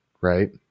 Right